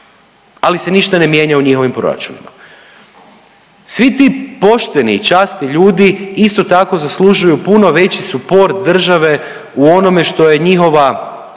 ali se ništa ne mijenja u njihovim proračunima. Svi ti pošteni i časni ljudi isto tako zaslužuju puno veći suport države u onome što je njihova